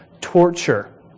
torture